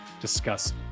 discuss